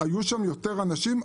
היו שם יותר אנשים.